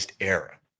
era